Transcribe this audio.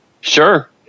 Sure